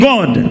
God